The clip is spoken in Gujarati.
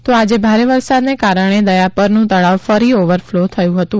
તો આજે ભારે વરસાદને કારણે દયાપરનું તળાવ ફરી ઓવરફલો થયું હતું